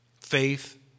Faith